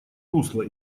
русло